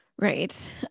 right